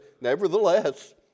Nevertheless